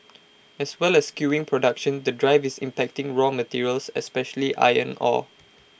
as well as skewing production the drive is impacting raw materials especially iron ore